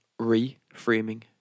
reframing